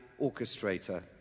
orchestrator